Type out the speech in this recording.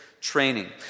training